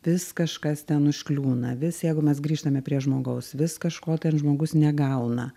vis kažkas ten užkliūna vis jeigu mes grįžtame prie žmogaus vis kažko ten žmogus negauna